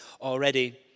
already